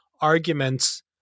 arguments